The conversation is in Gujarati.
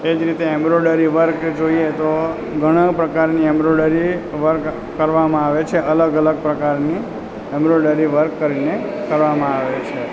એજ રીતે એમ્બ્રોઇડરી વર્ક જોઈએ તો ઘણો પ્રકારની એમ્બ્રોઇડરી વર્ક કરવામાં આવે છે અલગ અલગ પ્રકારની એમ્બ્રોઇડરી વર્ક કરીને કરવામાં આવે છે